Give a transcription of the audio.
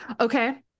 Okay